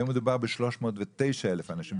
היום מדובר ב-309,000 אנשים,